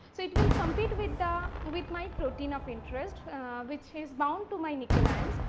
so, it will compete with the with my protein of interest which is bound to my nickel ions.